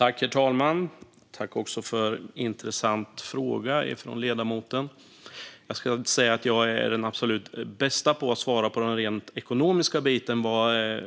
Herr talman! Jag tackar för en intressant fråga från ledamoten. Jag ska inte säga att jag är den absolut bästa att svara på just det rent ekonomiska när det gäller